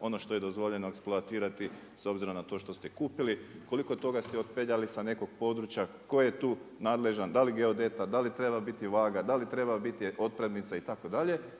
ono što je dozvoljeno eksploatirati s obzirom na to što ste kupili, koliko toga ste otpeljali sa nekog područja, tko je tu nadležan, da li geodeta, da li treba biti vaga, da li treba biti otpremnica itd.